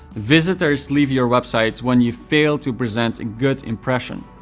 visitors leave your website when you fail to present a good impression.